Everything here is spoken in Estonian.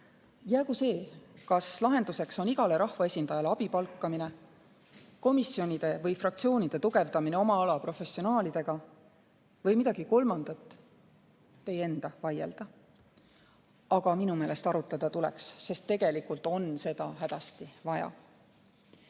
Jäägu see, kas lahenduseks on igale rahvaesindajale abi palkamine, komisjonide või fraktsioonide tugevdamine oma ala professionaalidega või midagi kolmandat, teie enda vaielda. Aga minu meelest arutada tuleks, sest tegelikult on seda hädasti vaja.